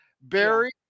Barry